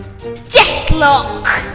Deathlock